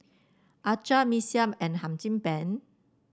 acar Mee Siam and Hum Chim Peng